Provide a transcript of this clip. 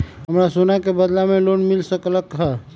हमरा सोना के बदला में लोन मिल सकलक ह?